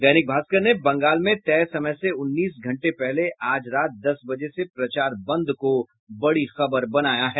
दैनिक भास्कर ने बंगाल में तय समय से उन्नीस घंटे पहले आज रात दस बजे से प्रचार बंद को बड़ी खबर बनाया है